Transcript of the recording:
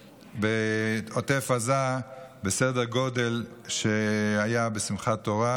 בעוטף עזה בסדר גודל שהיה בשמחת תורה,